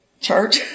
church